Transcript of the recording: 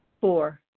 four